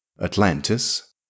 Atlantis